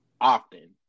often